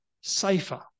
safer